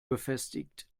befestigt